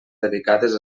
dedicades